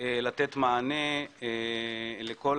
לתת מענה לכל